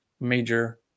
major